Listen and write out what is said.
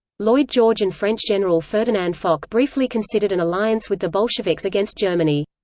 lloyd george and french general ferdinand foch briefly considered an alliance with the bolsheviks against germany.